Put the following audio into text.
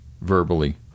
verbally